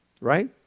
Right